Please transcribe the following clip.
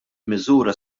miżura